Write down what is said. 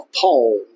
Paul